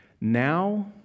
now